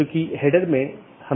जिसके माध्यम से AS hops लेता है